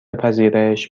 پذیرش